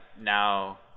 now